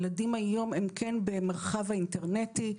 ילדים היום הם כן במרחב האינטרנטי.